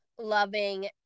loving